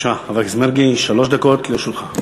בבקשה, חבר הכנסת מרגי, שלוש דקות לרשותך.